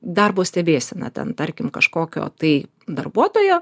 darbo stebėseną ten tarkim kažkokio tai darbuotojo